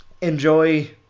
enjoy